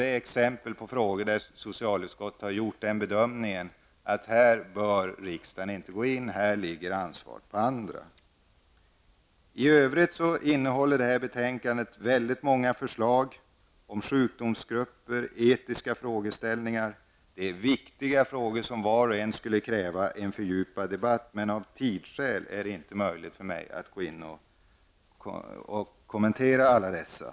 Det här är exempel på frågor där socialutskottet har gjort bedömningen att riksdagen inte bör gå in. Här ligger ansvaret i stället på andra. I övrigt innehåller betänkandet väldigt många förslag om sjukdomsgrupper och etiska frågeställningar. Det är viktiga frågor som var och en för sig skulle kräva en fördjupad debatt. Men av tidsskäl är det inte möjligt för mig att kommentera alla frågor.